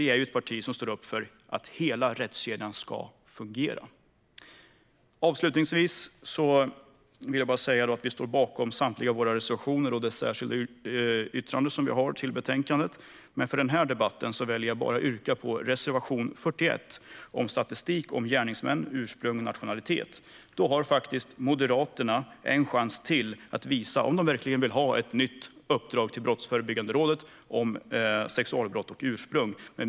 Vi är ett parti som står upp för att hela rättskedjan ska fungera. Avslutningsvis vill jag säga att vi står bakom samtliga av våra reservationer och vårt särskilda yttrande. Men jag väljer att yrka bifall till bara reservation 41 om statistik om gärningspersoners ursprung och nationalitet. Då får Moderaterna en chans till att visa om de verkligen vill ha ett nytt uppdrag till Brottsförebyggande rådet om sexualbrott och ursprung.